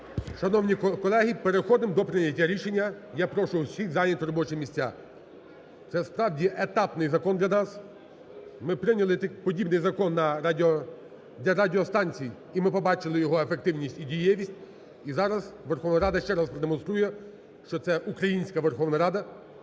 Шановні колеги, переходимо до прийняття рішення. Я прошу всіх зайняти робочі місця. Це справді етапний закон для нас. Ми прийняли подібний закон для радіостанцій, і ми побачили його ефективність і дієвість. І зараз Верховна Рада ще раз продемонструє, що це українська Верховна Рада,